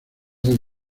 del